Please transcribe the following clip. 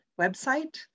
website